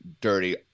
dirty